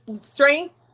strength